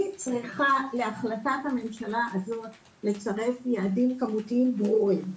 אני צריכה להחלטת הממשלה הזאת לשרת יעדים כמותיים ברורים.